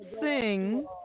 sing